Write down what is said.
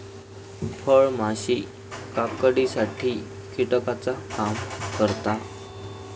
फळमाशी काकडीसाठी कीटकाचा काम करता